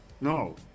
no